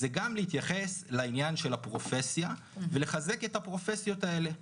זה גם להתייחס לעניין של הפרופסיה ולחזק את הפרופסיות האלה.